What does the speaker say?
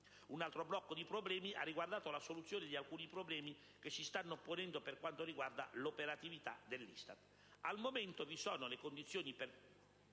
Un altro blocco di questioni ha riguardato la soluzione di alcuni problemi che si stanno ponendo per quanto riguarda l'operatività dell'ISTAT.